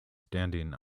standing